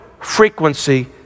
frequency